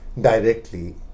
Directly